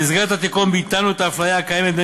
במסגרת התיקון ביטלנו את האפליה הקיימת בין